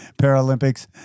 Paralympics